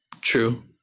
True